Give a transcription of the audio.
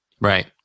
Right